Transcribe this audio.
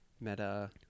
meta